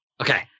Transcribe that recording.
Okay